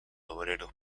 obreros